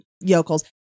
yokels